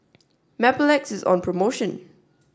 Mepilex is on promotion